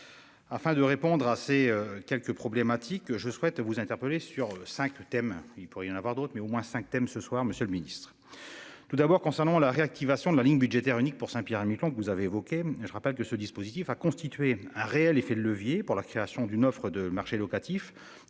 Afin de répondre à ces quelques problématiques. Je souhaite vous interpeller sur 5 thèmes, il pourrait y en avoir d'autres mais au moins 5 thèmes, ce soir, Monsieur le Ministre. Tout d'abord concernant la réactivation de la ligne budgétaire unique pour Saint-Pierre-et-Miquelon que vous avez évoquées, je rappelle que ce dispositif a constitué un réel effet de levier pour la création d'une offre de marché locatif